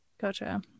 Gotcha